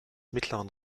mittleren